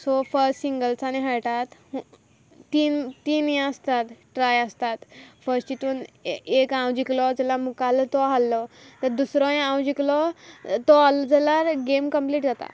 so first सिंगल्सान खेयटा तीन तीन हें आसतात ट्राय आसतात फस्ट हितून एक हांव जिकलो जाल्यार मुकारलो तो हारलो ते दुसरोय हांव जिकलो तो हरलो जाल्यार गेम कंम्प्लीट जाता